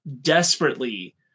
desperately